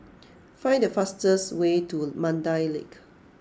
find the fastest way to Mandai Lake